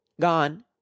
Gone